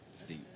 Steve